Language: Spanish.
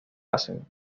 hacen